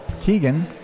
Keegan